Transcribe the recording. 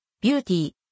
beauty